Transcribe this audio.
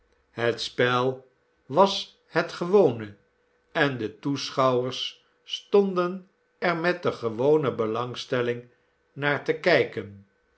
het spel was het gewone en de toeschouwers stonden er met de gewone belangstelling naar te kijken